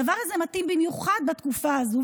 הדבר הזה מתאים במיוחד בתקופה הזו.